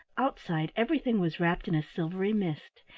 outside everything was wrapped in a silvery mist,